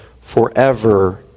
forever